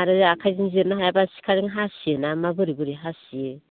आरो आखाइजों जिरनो हायाबा सिखाजों हासियोना मा बोरै बोरै हासियो